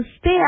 stay